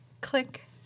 Click